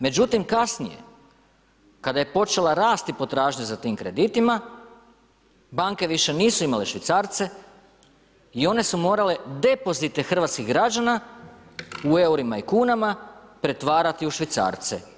Međutim, kasnije, kada je počela rasti potražnja za tim kreditima banke više nisu imale švicarce i one su morale depozite hrvatskih građana u eurima i kunama pretvarati u švicarce.